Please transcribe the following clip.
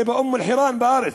זה באום-אלחיראן, בארץ.